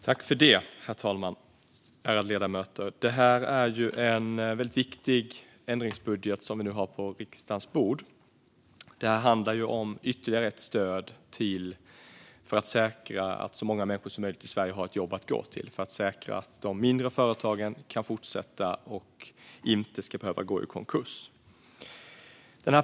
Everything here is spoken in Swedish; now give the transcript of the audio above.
Herr talman och ärade ledamöter! Det är en väldigt viktig ändringsbudget som vi nu har på riksdagens bord. Det handlar om ytterligare ett stöd för att säkra att så många människor som möjligt i Sverige har ett jobb att gå till och för att säkra att de mindre företagen kan fortsätta och inte ska behöva gå i konkurs.